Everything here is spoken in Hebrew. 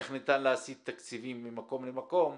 איך ניתן להסית תקציבים ממקום למקום,